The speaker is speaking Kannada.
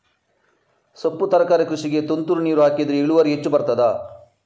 ಸೊಪ್ಪು ತರಕಾರಿ ಕೃಷಿಗೆ ತುಂತುರು ನೀರು ಹಾಕಿದ್ರೆ ಇಳುವರಿ ಹೆಚ್ಚು ಬರ್ತದ?